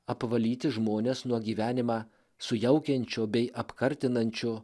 apvalyti žmones nuo gyvenimą sujaukiančio bei apkartinančio